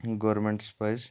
گورمینٹَس پَزِ